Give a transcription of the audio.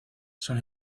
son